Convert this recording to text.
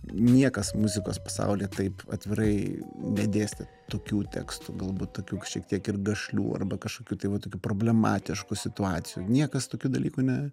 niekas muzikos pasauly taip atvirai nedėstė tokių tekstų galbūt tokių šiek tiek ir gašlių arba kažkokių tai va tokių problematiškų situacijų niekas tokių dalykų ne